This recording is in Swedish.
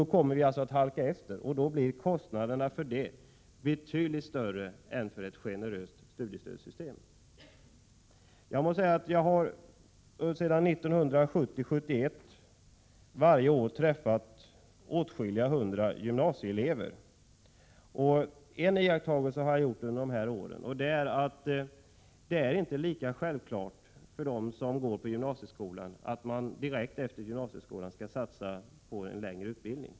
Då kommer Sverige att halka efter, och kostnaderna för detta blir betydligt större än för ett generöst studiestödssystem. Jag har sedan 1970/71 varje år träffat åtskilliga hundra gymnasieelever. En iakttagelse jag har gjort under de här åren är att det inte längre är lika självklart för dem som går på gymnasieskolan att direkt efter denna satsa på en längre utbildning.